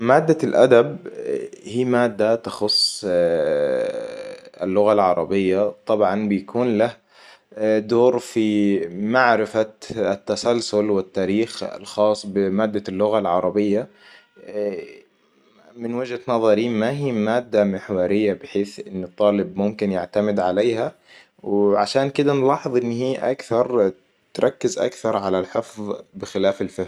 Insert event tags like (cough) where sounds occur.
مادة الأدب هي مادة تخص (hesitation) اللغة العربية. طبعاً بيكون له دور في معرفة التسلسل والتاريخ الخاص بمادة اللغة العربية. (hesitation) من وجهة نظري ما هي مادة محورية بحيث إن الطالب ممكن يعتمد عليها و عشان كده نلاحظ إن هي أكثر تركز اكثر علي الحفظ بخلاف الفهم (noise)